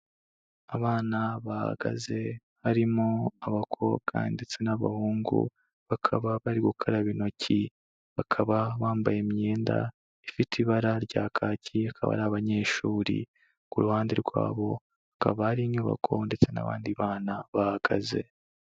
Abana bahagaze harimo abakobwa ndetse n'abahungu, bakaba bari gukaraba intoki, bakaba bambaye imyenda ifite ibara rya kaki akaba ari abanyeshuri, ku ruhande rwabo hakaba hari inyubako ndetse n'abandi bana bahahagaze.